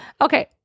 Okay